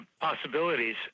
possibilities